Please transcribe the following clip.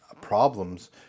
problems